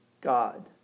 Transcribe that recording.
God